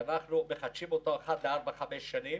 שאנחנו מחדשים אותו אחת לארבע-חמש שנים,